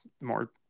more